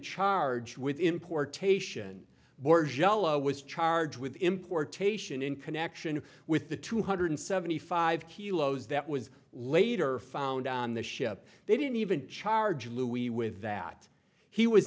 charged with importation jell o was charged with importation in connection with the two hundred seventy five kilos that was later found on the ship they didn't even charge louis with that he was